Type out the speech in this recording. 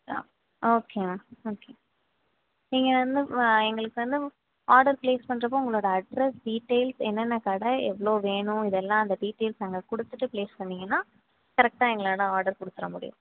ஆ okay ma'am okay நீங்கள் வந்து எங்களுக்கு வந்து ஆடர் பிளேஸ் பண்ணுறப்போ உங்களோட அட்ரஸ் டீட்டைல்ஸ் என்னென்ன கடை எவ்வளோ வேணும் இதெல்லாம் அந்த டீட்டைல்ஸ் அங்க கொடுத்துட்டு பிளேஸ் பண்ணீங்கன்னா கரெக்டாக எங்களால் ஆர்டர் கொடுத்துட முடியும்